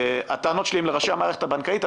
הטענות שלי הן לראשי המערכת הבנקאית,